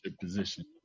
position